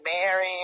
married